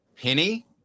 Penny